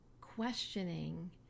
questioning